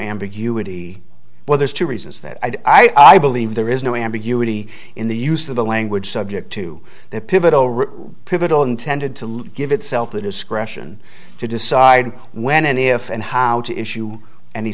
ambiguity well there's two reasons that i believe there is no ambiguity in the use of the language subject to that pivotal role pivotal intended to give itself the discretion to decide when and if and how to issue any